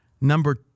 Number